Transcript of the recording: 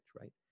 right